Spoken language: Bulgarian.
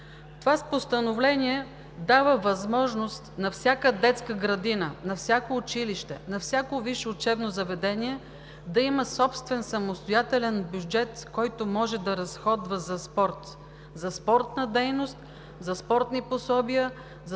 и за всеки курсант, дава възможност на всяка детска градина, всяко училище, всяко висше учебно заведение да има собствен, самостоятелен бюджет, който може да се разходва за спорт, за спортна дейност, за спортни пособия, за